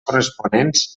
corresponents